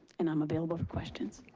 and i'm available for questions.